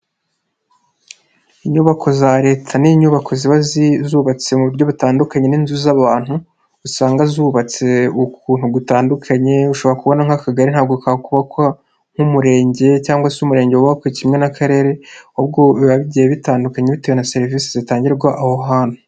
Inyubako za Leta ni inyubako ziba zubatse mu buryo butandukanye n'inzu z'abantu, usanga zubatse ukuntu gutandukanye, ushobora kubona nk'Akagari ntabwo kakubakwa nk'Umurenge cyangwa se Umurenge w'ubakwe kimwe n'Akarere, ahubwo biba bigiye bitandukanye bitewe na serivisi zitangirwa aho hantu.